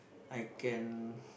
I can